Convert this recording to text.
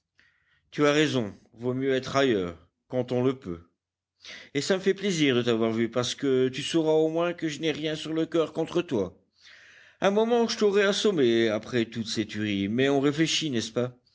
tu as raison vaut mieux être ailleurs quand on le peut et ça me fait plaisir de t'avoir vu parce que tu sauras au moins que je n'ai rien sur le coeur contre toi un moment je t'aurais assommé après toutes ces tueries mais on réfléchit n'est-ce pas